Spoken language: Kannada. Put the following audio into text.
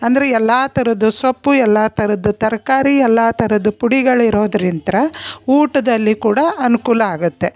ಅಂದ್ರೆ ಎಲ್ಲ ಥರದ ಸೊಪ್ಪು ಎಲ್ಲ ಥರದ ತರಕಾರಿ ಎಲ್ಲ ಥರದ ಪುಡಿಗಳು ಇರೋದ್ರಿಂತ ಊಟದಲ್ಲಿ ಕೂಡ ಅನುಕೂಲ ಆಗುತ್ತೆ